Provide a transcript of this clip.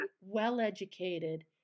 well-educated